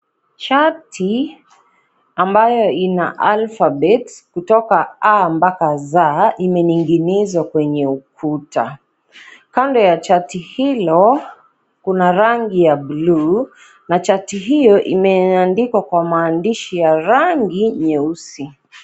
Shati ambayo Ina alphabet kutoka A mpaka Z imening'izwa kwenye ukuta. Kando ya chart hilo Kuna rangi ya blue na chart hiyo imeandikwa kwa maandishi ya rangi nyeusi.